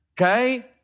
okay